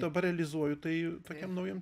dabar realizuoju tai tokiam naujam